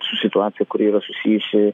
su situacija kuri yra susijusi